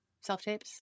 self-tapes